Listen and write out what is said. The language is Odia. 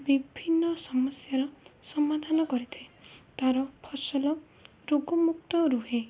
ବିଭିନ୍ନ ସମସ୍ୟାର ସମାଧାନ କରିଥାଏ ତା'ର ଫସଲ ରୋଗମୁକ୍ତ ରୁହେ